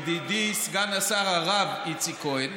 ידידי סגן השר הרב איציק כהן,